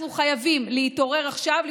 אנחנו חייבים להתעורר עכשיו,